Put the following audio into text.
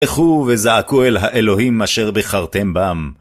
הלכו וזעקו אל האלוהים אשר בחרתם בם.